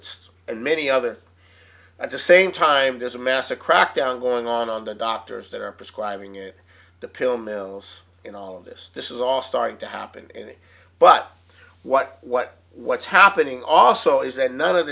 it's and many other at the same time there's a massive crackdown going on on the doctors that are prescribing it the pill mills and all of this this is all starting to happen and but what what what's happening also is that none of